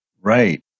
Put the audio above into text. Right